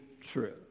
true